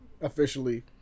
officially